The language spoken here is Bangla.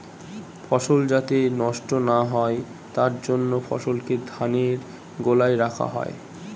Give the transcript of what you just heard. ফসল যাতে নষ্ট না হয় তার জন্য ফসলকে ধানের গোলায় রাখা হয়